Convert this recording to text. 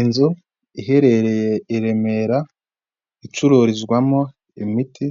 Inzu iherereye i Remera icururizwamo imiti,